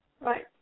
Right